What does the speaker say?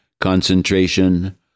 concentration